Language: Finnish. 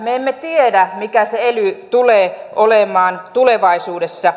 me emme tiedä mikä se ely tulee olemaan tulevaisuudessa